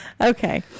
Okay